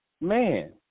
man